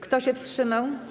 Kto się wstrzymał?